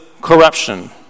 corruption